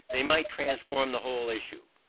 they might transform the whole issue.